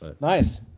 Nice